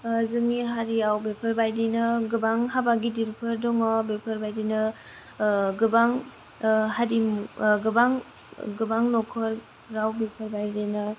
जोंनि हारियाव बेफोरबायदिनो गोबां हाबा गिदिरफोर दङ बेफोरबायदिनो गोबां हारिमु गोबां न'खराव बेफोरबायदिनो